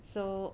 so